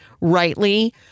rightly